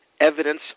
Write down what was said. evidence